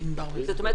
זאת אומרת,